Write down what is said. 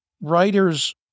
writers